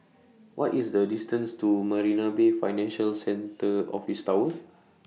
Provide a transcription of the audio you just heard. What IS The distance to Marina Bay Financial Centre Office Tower